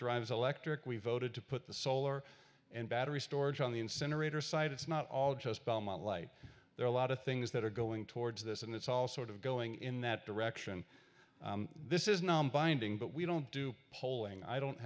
drives electric we voted to put the solar and battery storage on the incinerator site it's not all just belmont lite there are a lot of things that are going towards this and it's all sort of going in that direction this is nonbinding but we don't do polling i don't